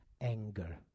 Anger